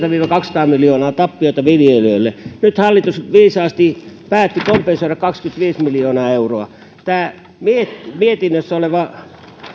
viiva kaksisataa miljoonaa tappiota viljelijöille nyt hallitus viisaasti päätti kompensoida kaksikymmentäviisi miljoonaa euroa mutta tämä mietinnössä oleva